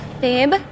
Babe